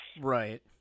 Right